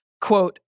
quote